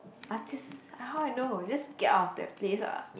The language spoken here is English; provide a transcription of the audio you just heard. ah how I know just get out of that place lah